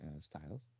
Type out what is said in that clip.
Styles